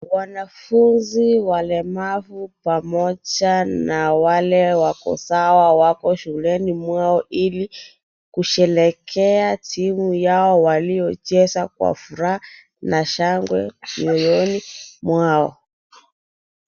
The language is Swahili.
Wanafunzi walemavu pamoja na wale wako sawa wako shuleni mwao ili kusherekea timu yao waliocheza kwa furaha na shangwe moyoni mwao.